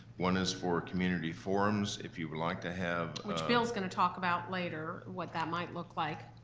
one is for community forums if you would like to have which bill's gonna talk about later what that might look like.